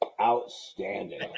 Outstanding